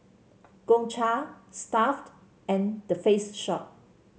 Gongcha Stuff'd and The Face Shop